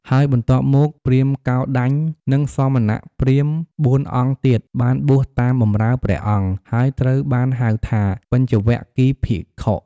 ហើយបន្ទាប់មក ព្រាហ្មណ៍កោណ្ឌញ្ញ និងសមណព្រាហ្មណ៍ ៤ អង្គទៀត បានបួសតាមបម្រើព្រះអង្គ ហើយត្រូវបានហៅថា បញ្ចវគិ្គយ៍ភិក្ខុ។